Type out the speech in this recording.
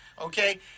okay